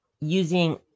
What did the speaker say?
using